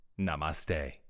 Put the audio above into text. Namaste